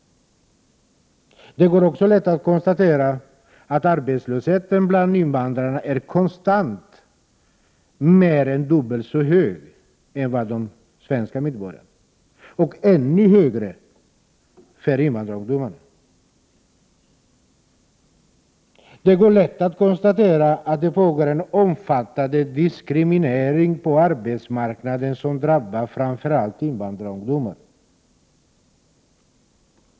Det är också lätt att konstatera att arbetslösheten bland invandrarna konstant är mer än dubbelt så hög som för svenska medborgare. Och den är ännu högre för invandrarungdomarna. Det är lätt att konstatera att det pågår en omfattande diskriminering på arbetsmarknaden som drabbar framför allt invandrarungdomar.